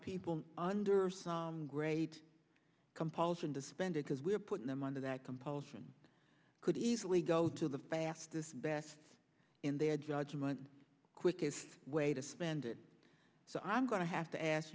people under great compulsion to spend it because we're putting them under that compulsion could easily go to the fastest best in their judgment quickest way to spend it so i'm going to have to ask